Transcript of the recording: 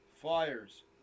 flyers